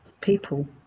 people